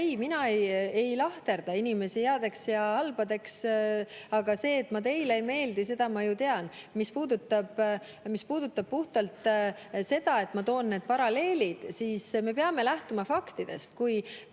Ei, mina ei lahterda inimesi headeks ja halbadeks. Aga see, et ma teile ei meeldi, seda ma tean. Mis puudutab puhtalt seda, et ma toon need paralleelid, siis me peame lähtuma faktidest. Kui